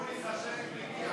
אקוניס, השלג מגיע.